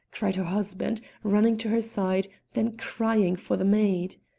cried her husband, running to her side, then crying for the maid.